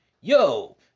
Yo